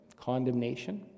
condemnation